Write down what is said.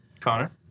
Connor